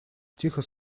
тихо